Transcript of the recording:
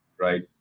right